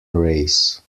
race